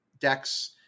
decks